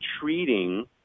treating